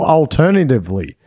alternatively